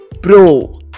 Bro-